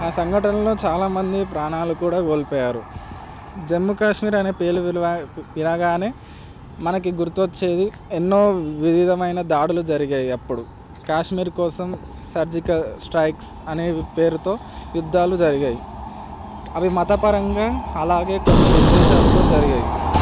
ఆ సంఘటనలో చాలామంది ప్రాణాలు కూడా కోల్పోయారు జమ్మూ కాశ్మీర్ అనే పేలు విలువ వినగానే మనకి గుర్హు వచ్చేది ఎన్నో వివిధమైన దాడులు జరిగాయి అప్పుడు కాశ్మీర్ కోసం సర్జికల్ స్ట్రైక్స్ అనే పేరుతో యుద్ధాలు జరిగాయి అవి మతపరంగా అలాగే కొన్ని విద్వేషాలతో జరిగాయి